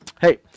Hey